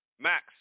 Max